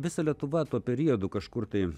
visa lietuva tuo periodu kažkur tai